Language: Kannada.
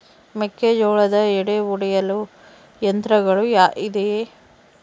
ಮೆಕ್ಕೆಜೋಳದ ಎಡೆ ಒಡೆಯಲು ಯಂತ್ರಗಳು ಇದೆಯೆ?